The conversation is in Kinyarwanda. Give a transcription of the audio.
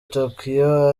tokyo